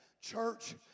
church